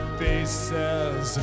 faces